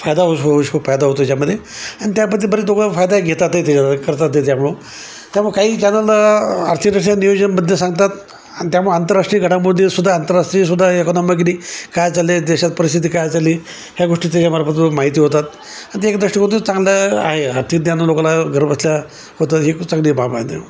फायदा असो फायदा होतो त्याच्यामध्ये आणि त्यापद्धती बरे लोकांना फायदा घेतात त्याच्या करतात ते त्यामुळं त्यामुळे काही चॅनलला आर्थिकदृष्ट्या न्यूजमध्ये सांगतात त्यामुळे आंतरराष्ट्रीय घडामोडीसुद्धा आंतरराष्ट्रीयसुद्धा एकोनॉमिकली काय चालले देशात परिस्थिती काय चालली ह्या गोष्टी त्याच्यामार्फत माहिती होतात आणि ते एक दृष्टिक होतून चांगलं आहे अर्थज्ञान लोकला घरबसल्या होतात ही ख चांगली बाब आहे